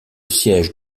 siège